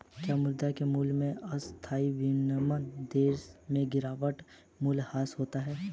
क्या मुद्रा के मूल्य में अस्थायी विनिमय दर में गिरावट मूल्यह्रास होता है?